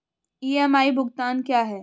EMI भुगतान क्या है?